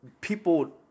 people